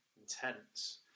intense